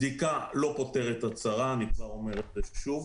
בדיקה לא פוטרת הצהרה, אני כבר אומר את זה שוב.